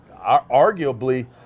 arguably